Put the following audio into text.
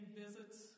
visits